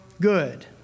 good